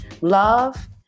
Love